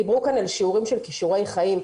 דיברו כאן על שיעורים של כישורי חיים.